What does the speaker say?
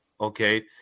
Okay